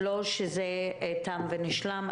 לא שזה תם ונשלם,